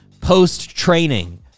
post-training